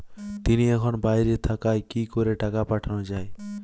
তিনি এখন বাইরে থাকায় কি করে টাকা পাঠানো য়ায়?